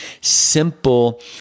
simple